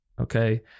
okay